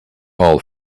all